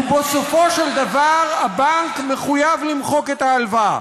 ובסופו של דבר הבנק מחויב למחוק את ההלוואה,